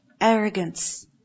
Arrogance